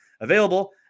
available